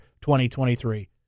2023